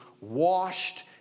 washed